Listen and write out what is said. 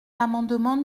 l’amendement